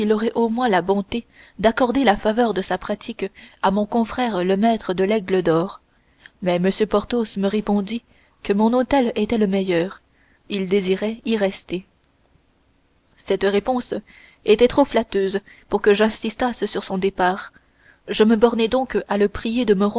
au moins la bonté d'accorder la faveur de sa pratique à mon confrère le maître de l'aigle d'or mais m porthos me répondit que mon hôtel étant le meilleur il désirait y rester cette réponse était trop flatteuse pour que j'insistasse sur son départ je me bornai donc à le prier de